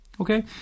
Okay